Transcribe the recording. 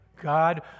God